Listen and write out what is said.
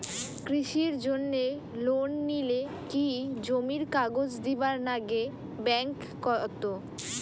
কৃষির জন্যে লোন নিলে কি জমির কাগজ দিবার নাগে ব্যাংক ওত?